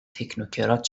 تکنوکرات